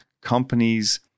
companies